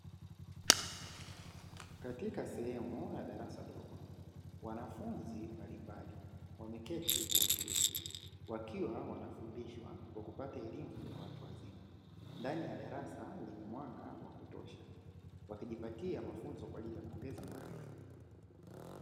Katika sehemu ya darasa dogo wanafunzi mbalimbali wameketi kwa utulivu, wakiwa wanafundishwa kwa kupata elimu ya watu wazima ndani ya darasa lenye mwanga kutosha, wamejipatia mafundisho kwa ajili ya kuongeza maarifa.